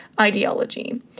ideology